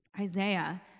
Isaiah